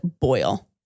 boil